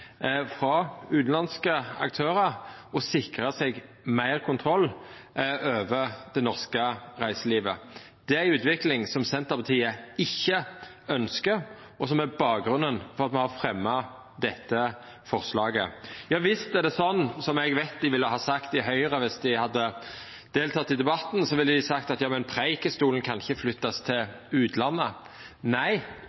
frå utanlandske aktørar som sikrar seg meir kontroll over det norske reiselivet. Det er ei utvikling Senterpartiet ikkje ønskjer, og som er bakgrunnen for at me har fremja dette forslaget. Ja visst er det sånn, som eg veit dei ville ha sagt i Høgre viss dei hadde delteke i debatten, at Preikestolen ikkje kan flyttast til utlandet. Nei, men me vil at alle aktørane som driv reiseliv knytt til